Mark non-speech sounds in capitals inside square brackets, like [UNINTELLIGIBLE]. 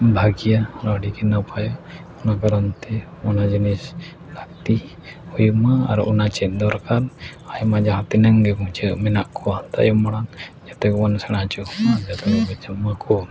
ᱵᱷᱟᱹᱜᱤᱭᱟ ᱟᱨ ᱟᱹᱰᱤ ᱜᱮ ᱱᱟᱯᱟᱭᱟ ᱚᱱᱟ ᱠᱟᱨᱚᱱᱛᱮ ᱚᱱᱟ ᱡᱤᱱᱤᱥ ᱞᱟᱹᱠᱛᱤ ᱦᱩᱭᱩᱜᱢᱟ ᱟᱨ ᱚᱱᱟ ᱪᱮᱫ ᱫᱚᱨᱠᱟᱨ ᱟᱭᱢᱟ ᱡᱟᱦᱟᱸ ᱛᱤᱱᱟᱹᱜ ᱜᱮ ᱵᱩᱡᱷᱟᱹᱣ ᱢᱮᱱᱟᱜ ᱠᱚᱣᱟ ᱛᱟᱭᱚᱢ ᱢᱟᱲᱟᱝ ᱡᱚᱛᱚ ᱜᱮᱵᱚᱱ ᱥᱮᱲᱟ ᱦᱚᱪᱚ ᱠᱚᱢᱟ [UNINTELLIGIBLE] ᱦᱤᱡᱩᱜ ᱢᱟᱠᱚ